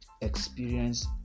experience